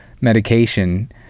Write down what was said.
medication